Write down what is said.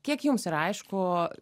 kiek jums yra aišku